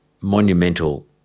monumental